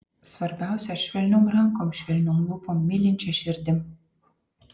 svarbiausia švelniom rankom švelniom lūpom mylinčia širdim